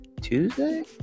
tuesday